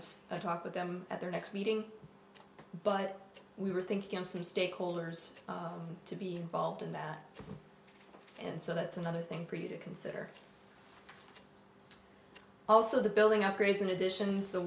a talk with them at their next meeting but we were thinking of some stakeholders to be involved in that and so that's another thing pretty to consider also the building upgrades and additions t